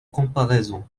comparaison